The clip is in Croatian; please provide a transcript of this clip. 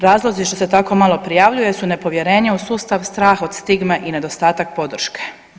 Razlozi što se tako malo prijavljuje su nepovjerenje u sustav, strah od stigme i nedostatak podrške.